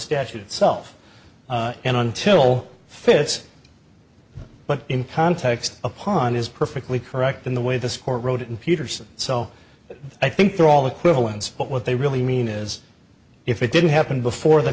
statute itself and until fits but in context upon is perfectly correct in the way the sport wrote it in peterson so i think they're all equivalence but what they really mean is if it didn't happen before the